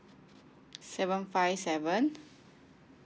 seven five seven